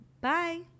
Bye